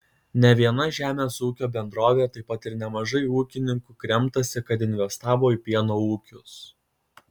ne viena žemės ūkio bendrovė taip pat ir nemažai ūkininkų kremtasi kad investavo į pieno ūkius